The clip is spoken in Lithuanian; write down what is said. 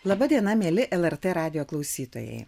laba diena mieli lrt radijo klausytojai